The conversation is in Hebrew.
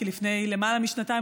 כי לפני למעלה משנתיים,